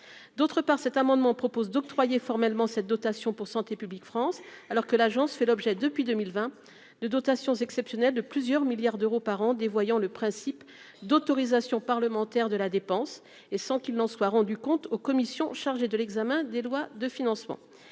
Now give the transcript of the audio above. d'autre part, cet amendement propose d'octroyer formellement cette dotation pour Santé publique France alors que l'agence fait l'objet depuis 2020 de dotation exceptionnelle de plusieurs milliards d'euros par an des voyant le principe d'autorisation parlementaire de la dépense et sans qu'il en soit rendu compte aux commissions chargées de l'examen des lois de financement,